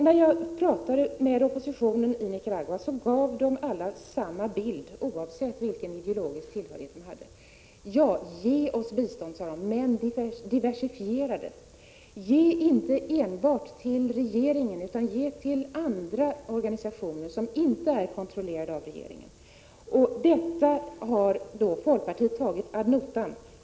När jag pratade med oppositionen i Nicaragua gav alla samma bild, oavsett vilken ideologisk tillhörighet de hade. Ge oss bistånd, sade de, men diversifiera det. Ge inte enbart till regeringen utan ge till organisationer som inte är kontrollerade av regeringen. Detta har folkpartiet tagit ad notam.